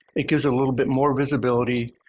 it gives a little bit more visibility.